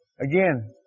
again